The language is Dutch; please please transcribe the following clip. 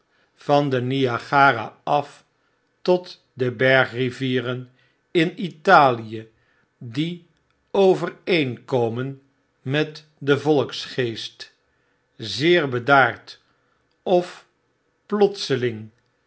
van de niagara af tot de bergrivieren in italie die overeenkomen met den volksgeest zeer bedaard of plotseling